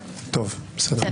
תודה.